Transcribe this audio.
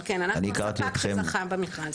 כן, אבל אנחנו הספק שזכה במכרז.